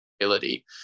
ability